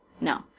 no